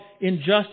injustice